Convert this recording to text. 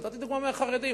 ונתתי דוגמה מהחרדים.